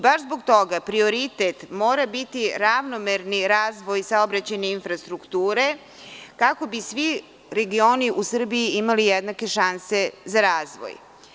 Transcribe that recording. Baš zbog toga prioritet mora biti ravnomerni razvoj saobraćajne infrastrukture, kako bi svi regioni u Srbiji imali jednake šanse za razvoj.